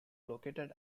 located